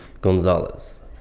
Gonzalez